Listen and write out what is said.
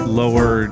lower